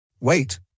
Wait